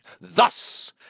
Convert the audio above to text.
thus